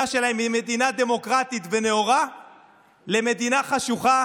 שלהם ממדינה דמוקרטית ונאורה למדינה חשוכה